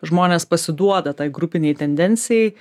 žmonės pasiduoda tai grupinei tendencijai